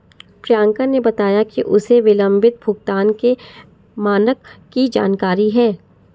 प्रियंका ने बताया कि उसे विलंबित भुगतान के मानक की जानकारी है